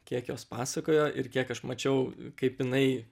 kiek jos pasakojo ir kiek aš mačiau kaip jinai